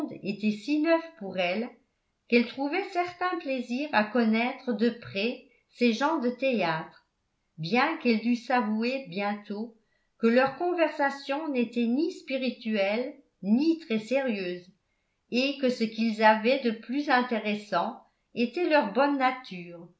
était si neuf pour elle qu'elle trouvait certain plaisir à connaître de près ces gens de théâtre bien qu'elle dût s'avouer bientôt que leur conversation n'était ni spirituelle ni très sérieuse et que ce qu'ils avaient de plus intéressant était leur bonne nature